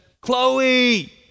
Chloe